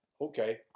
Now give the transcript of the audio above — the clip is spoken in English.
okay